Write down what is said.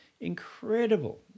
incredible